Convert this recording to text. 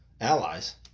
allies